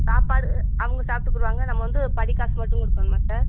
சாப்பாடு அவங்க சாப்பிட்டுக்குடுவாங்க நம்ம வந்து படி காசு மட்டும் கொடுக்கணுமா சார்